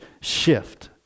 shift